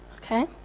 Okay